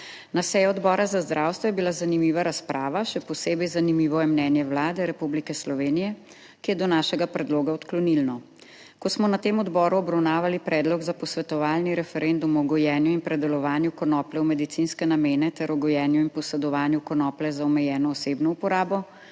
Na seji Odbora za zdravstvo je bila zanimiva razprava, še posebej zanimivo je mnenje Vlade Republike Slovenije, ki je do našega predloga odklonilno. Ko smo na tem odboru obravnavali Predlog za posvetovalni referendum o gojenju in predelovanju konoplje v medicinske namene ter o gojenju in posedovanju konoplje za omejeno osebno uporabo,